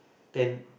then